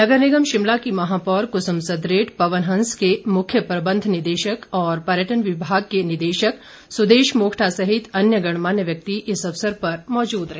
नगर निगम शिमला की महापौर कुसुम सदरेट पवन हंस के मुख्य प्रबंध निदेशक और पर्यटन विभाग के निदेशक सुदेश मोक्टा सहित अन्य गणमान्य व्यक्ति इस अवसर पर मौजूद रहे